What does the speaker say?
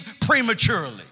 prematurely